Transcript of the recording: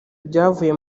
byavuye